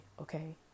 Okay